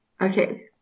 Okay